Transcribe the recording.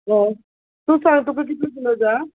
हय तूं सांग तुका कितले किलो जाय